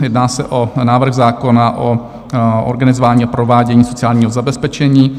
Jedná se o návrh zákona o organizování a provádění sociálního zabezpečení.